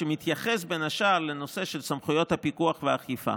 שמתייחס בין השאר לנושא של סמכויות הפיקוח והאכיפה.